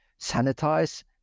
sanitize